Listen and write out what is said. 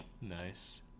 Nice